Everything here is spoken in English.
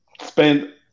spend